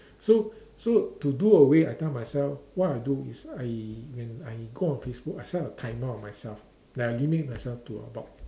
so so to do away I tell myself what I do is I when I go on Facebook I set a timer on myself that I limit myself to about